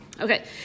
Okay